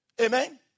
Amen